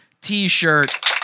t-shirt